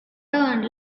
and